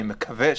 אני מקווה,